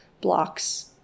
blocks